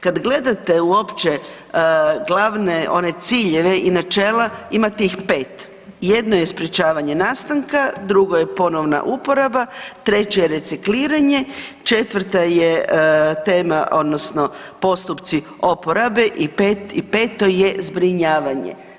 Kad gledate uopće glavne one ciljeve i načela, imate ih 5. Jedno je sprečavanje nastanka, drugo je ponovna uporaba, treće je recikliranje, četvrta je tema odnosno postupci oporabe i peto je zbrinjavanje.